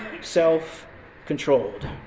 self-controlled